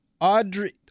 Audrey